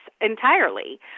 entirely